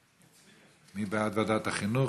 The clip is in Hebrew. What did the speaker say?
מי בעד ועדת החינוך?